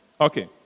Okay